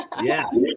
Yes